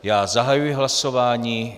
Já zahajuji hlasování.